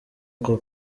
ako